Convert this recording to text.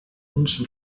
uns